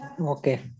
Okay